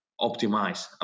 optimize